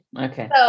okay